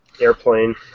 Airplane